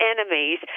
enemies